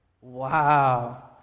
Wow